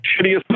Shittiest